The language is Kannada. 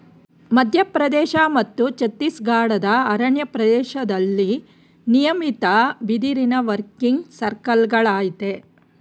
ಮಧ್ಯಪ್ರದೇಶ ಮತ್ತು ಛತ್ತೀಸ್ಗಢದ ಅರಣ್ಯ ಪ್ರದೇಶ್ದಲ್ಲಿ ನಿಯಮಿತ ಬಿದಿರಿನ ವರ್ಕಿಂಗ್ ಸರ್ಕಲ್ಗಳಯ್ತೆ